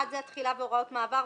אחד זה התחילה והוראות מעבר,